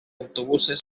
autobuses